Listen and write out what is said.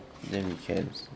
then we can